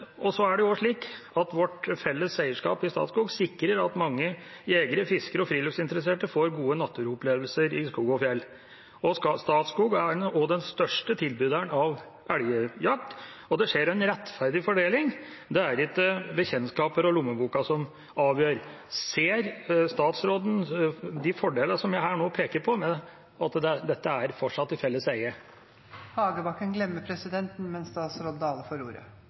er eier. Det er òg slik at vårt felles eierskap i Statskog sikrer at mange jegere, fiskere og friluftsinteresserte får gode naturopplevelser i skog og fjell. Statskog er også den største tilbyderen av elgjakt, og det skjer en rettferdig fordeling. Det er ikke bekjentskaper og lommeboka som avgjør. Ser statsråden de fordelene som jeg peker på, ved at dette fortsatt er i